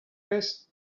this